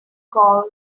called